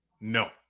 No